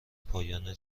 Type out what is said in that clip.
پایان